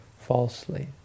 falsely